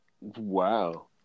Wow